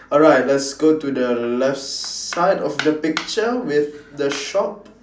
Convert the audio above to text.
alright let's go to the left side of the picture with the shop